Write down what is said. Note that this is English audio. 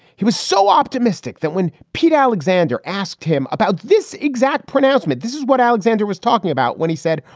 he was so optimistic that when pete alexander asked him about this exact pronouncement, this is what alexander was talking about when he said,